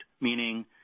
meaning